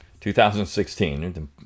2016